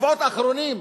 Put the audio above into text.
בשבועות האחרונים,